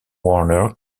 warner